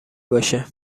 باشه